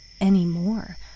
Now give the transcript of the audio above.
anymore